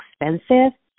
expensive